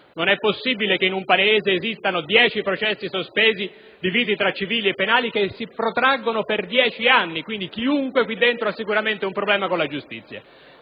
Non è possibile che in un Paese esistano dieci milioni di processi sospesi, divisi tra civili e penali, che si protraggono per dieci anni. Quindi, chiunque qui dentro ha sicuramente un problema con la giustizia.